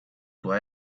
why